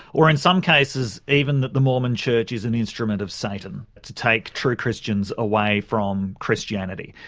or in some cases even that the mormon church is an instrument of satan to take true christians away from christianity.